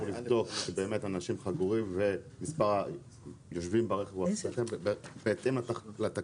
לבדוק שבאמת אנשים חגורים ויושבים בהתאם לתקנות לבין הדיווח.